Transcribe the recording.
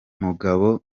mugabo